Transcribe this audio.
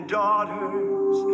daughters